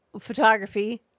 photography